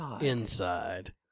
Inside